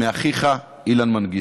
מאחיך, אילן מנגיסטו.